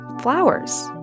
flowers